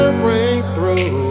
breakthrough